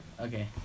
Okay